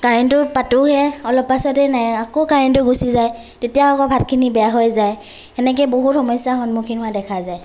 কাৰেন্টটো পাতোহে অলপ পাচতে নাই আকৌ কাৰেন্টটো গুচি যায় তেতিয়া আকৌ ভাতখিনি বেয়া হৈ যায় সেনেকৈ বহুত সমস্যাৰ সন্মুখীন হোৱা দেখা যায়